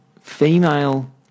female